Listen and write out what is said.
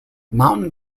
mountain